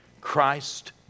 Christ